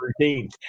routine